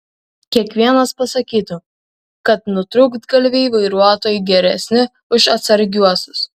kiekvienas pasakytų kad nutrūktgalviai vairuotojai geresni už atsargiuosius